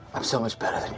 i'm so much better